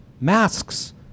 masks